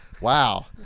wow